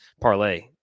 parlay